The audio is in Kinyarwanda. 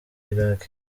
iraq